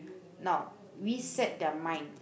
now we set their mind